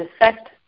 effect